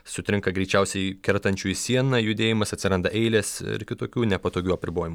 sutrinka greičiausiai kertančiųjų sieną judėjimas atsiranda eilės ir kitokių nepatogių apribojimų